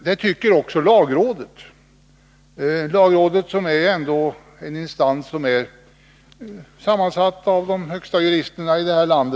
Det tycker också lagrådet, som ändå är en instans som är sammansatt av de högsta juristerna i detta land.